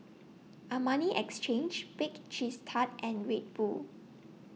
Armani Exchange Bake Cheese Tart and Red Bull